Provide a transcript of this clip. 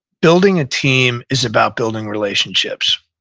building a team is about building relationships,